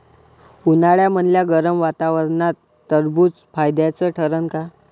उन्हाळ्यामदल्या गरम वातावरनात टरबुज फायद्याचं ठरन का?